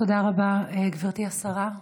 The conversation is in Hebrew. תודה רבה, גברתי השרה.